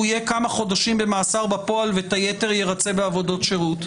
יהיה כמה חודשים במאסר בפועל ואת היתר יירצה בעבודות שירות,